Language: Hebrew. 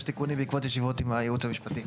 יש תיקונים בעקבות ישיבות עם הייעוץ המשפטי.